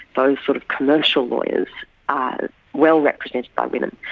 those sort of commercial lawyers are well represented by women.